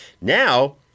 Now